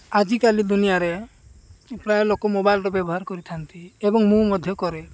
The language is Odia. ଆଜିକାଲି ଦୁନିଆରେ ପ୍ରାୟ ଲୋକ ମୋବାଇଲ୍ର ବ୍ୟବହାର କରିଥାନ୍ତି ଏବଂ ମୁଁ ମଧ୍ୟ କରେ